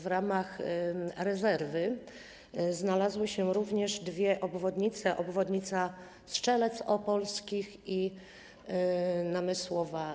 W ramach rezerwy znalazły się również dwie obwodnice, obwodnica Strzelec Opolskich i Namysłowa.